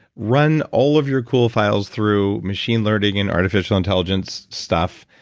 run all of your cool files through machine learning and artificial intelligence stuff,